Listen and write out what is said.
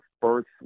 first